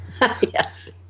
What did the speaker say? Yes